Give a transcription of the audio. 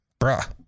Bruh